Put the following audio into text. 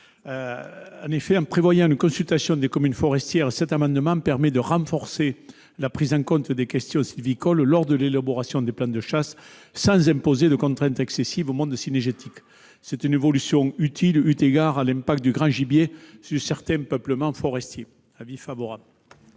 ? En prévoyant une consultation des communes forestières, cet amendement permet de renforcer la prise en compte des questions sylvicole lors de l'élaboration des plans de chasse, sans imposer de contraintes excessives au monde cynégétique. C'est une évolution utile, eu égard à l'impact du grand gibier sur certains peuplements forestiers. Cela fera